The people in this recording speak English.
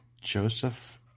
Joseph